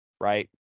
right